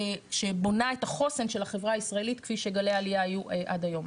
שבונה את החוסן של החברה הישראלית כפי שגלי העלייה היו עד היום.